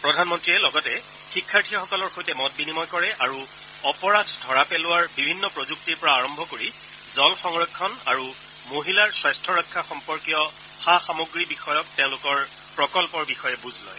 প্ৰধানমন্ত্ৰীয়ে লগতে শিক্ষাৰ্থীসকলৰ সৈতে মত বিনিময় কৰে আৰু অপৰাধ ধৰা পেলোৱাৰ বিভিন্ন প্ৰযুক্তিৰ পৰা জল সংৰক্ষণ আৰু মহিলাৰ স্বাস্থ্য ৰক্ষা সম্পৰ্কীয় সা সামগ্ৰী বিষয়ক প্ৰকল্পৰ বিষয়ে বুজ লয়